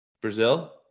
Brazil